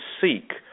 seek